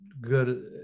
good